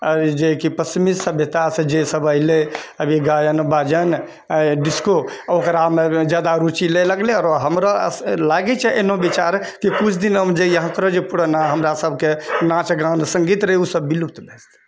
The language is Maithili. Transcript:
आर जे की पश्चिमी सभ्यतासँ जे सब ऐलै अभी गायन बाजन डिस्को ओकरामे जादा रूचि लए लगलै आओर हमरा लागै छै एहनो विचार कि किछु दिन पुराना हमरासबके नाँच गान सङ्गीत रहै ओ सब विलुप्त भए जेतै